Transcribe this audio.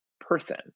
person